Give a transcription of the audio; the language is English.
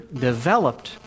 developed